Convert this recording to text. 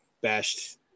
bashed